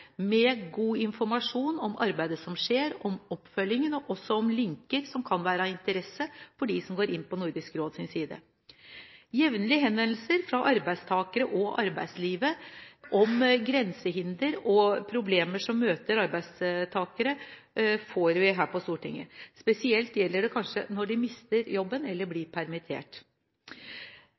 med god informasjon om arbeidet som skjer, om oppfølgingen og også om linker som kan være av interesse, for dem som går inn på Nordisk råds side. Jevnlige henvendelser fra arbeidstakere og arbeidslivet om grensehindre og problemer som møter arbeidstakere, får vi her på Stortinget. Spesielt gjelder det kanskje når de mister jobben eller blir permittert.